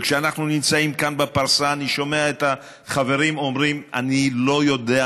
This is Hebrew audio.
כשאנחנו נמצאים כאן בפרסה אני שומע את החברים אומרים: אני לא יודע,